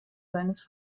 seines